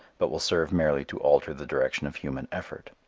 but will serve merely to alter the direction of human effort.